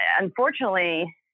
unfortunately